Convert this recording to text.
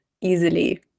easily